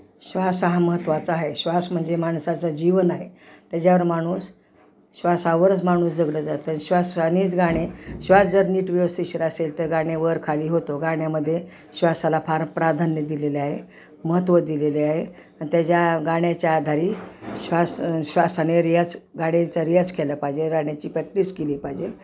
श्वास हा महत्त्वाचा आहे श्वास म्हणजे माणसाचं जीवन आहे त्याच्यावर माणूस श्वासावरच माणूस जगलं जातं श्वासानेच गाणे श्वास जर नीट व्यवस्थिशीर असेल तर गाणे वर खाली होतो गाण्यामध्ये श्वासाला फार प्राधान्य दिलेले आहे महत्त्व दिलेले आहे आणि त्याच्या गाण्याच्या आधारे श्वास श्वासाने रियाज गाण्याचा रियाज केला पाहिजे गाण्याची प्रॅक्टिस केली पाहिजे